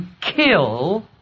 kill